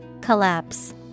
Collapse